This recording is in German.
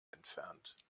entfernt